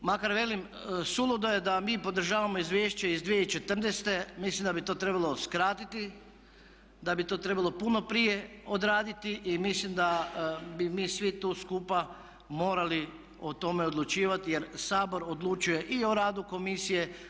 Makar velim, suludo je da mi podržavamo izvješće iz 2014., mislim da bi to trebalo skratiti, da bi to trebalo puno prije odraditi i mislim da bi mi svi tu skupa morali o tome odlučivati jer Sabor odlučuje i o radu komisije.